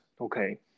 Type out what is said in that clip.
okay